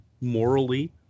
morally